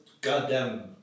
goddamn